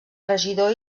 regidor